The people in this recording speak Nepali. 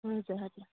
हजुर हजुर